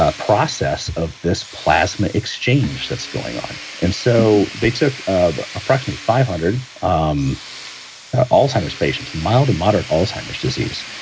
ah process of this plasma exchange that's going on and so, they took um approximately five hundred um alzheimer's patients, mild to moderate alzheimer's disease,